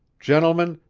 gentlemen,